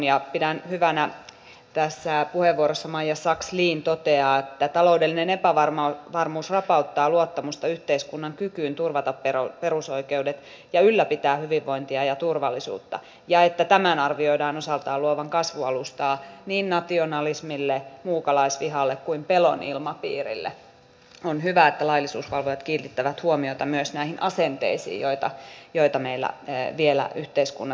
ja pidän hyvänä kun tässä puheenvuorossa maija sakslin toteaa että taloudellinen epävarmuus rapauttaa luottamusta yhteiskunnan kykyyn turvata perusoikeudet ja ylläpitää hyvinvointia ja turvallisuutta ja että tämän arvioidaan osaltaan luovan kasvualustaa niin nationalismille muukalaisvihalle kuin pelon ilmapiirille että laillisuusvalvojat kiinnittävät huomiota myös näihin asenteisiin joita meillä vielä yhteiskunnassa on